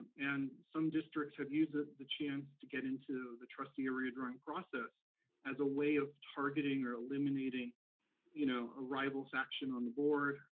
and some districts have used the the chance to get into the trustee area drawing process as a way of targeting or eliminating you know a rivals action on the board,